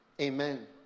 Amen